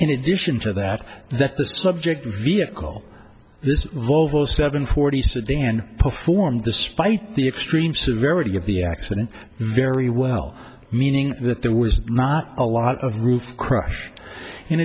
in addition to that that the subject vehicle this volvo seven forty sedan performed despite the extreme severity of the accident very well meaning that there was not a lot of roof crush in